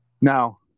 Now